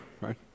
right